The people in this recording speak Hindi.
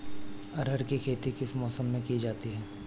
अरहर की खेती किस मौसम में की जाती है?